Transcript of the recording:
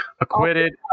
Acquitted